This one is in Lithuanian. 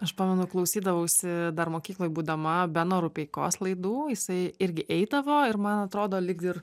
aš pamenu klausydavausi dar mokykloj būdama beno rupeikos laidų jisai irgi eidavo ir man atrodo lyg ir